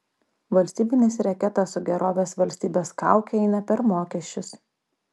valstybinis reketas su gerovės valstybės kauke eina per mokesčius